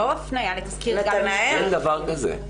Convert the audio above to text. לא הפניה לתסקיר --- אין דבר כזה.